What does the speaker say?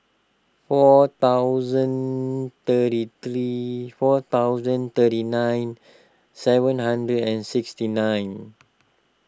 four thousand thirty three four thousand thirty nine seven hundred and sixty nine